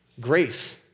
grace